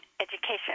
education